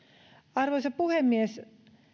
arvoisa puhemies